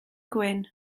gwyn